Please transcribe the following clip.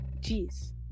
jeez